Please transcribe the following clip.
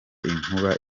inkuba